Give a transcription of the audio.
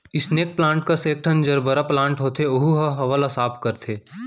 snake plant कस एकठन gerbera plant होथे ओहू ह हवा ल साफ करथे